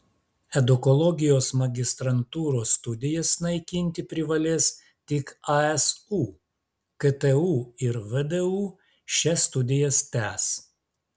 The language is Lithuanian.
edukologijos magistrantūros studijas naikinti privalės tik asu ktu ir vdu šias studijas tęs